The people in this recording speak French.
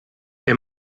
est